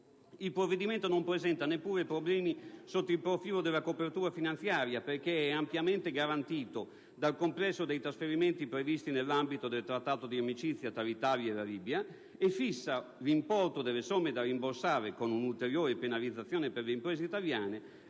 Il provvedimento non presenta neppure problemi sotto il profilo della copertura finanziaria, perché è ampiamente garantito dal complesso dei trasferimenti previsti nell'ambito del Trattato di amicizia tra l'Italia e la Libia, e fissa l'importo delle somme da rimborsare, con un'ulteriore penalizzazione per le imprese italiane,